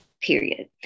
period